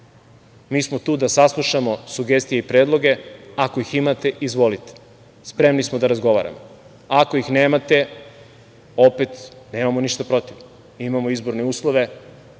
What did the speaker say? smo tu da saslušamo sugestije i predloge, ako ih imate, izvolite. Spremni smo da razgovaramo. Ako ih nemate, opet, nemamo ništa protiv, mi imamo izborne uslove,